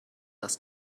das